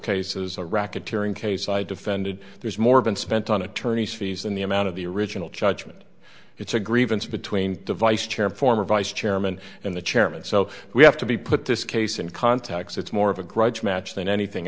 cases a racketeering case i defended there's more been spent on attorney's fees than the amount of the original judgment it's a grievance between device chair former vice chairman and the chairman so we have to be put this case in contacts it's more of a grudge match than anything